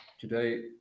Today